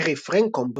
הארי פרנקומב